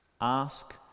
ask